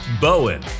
Bowen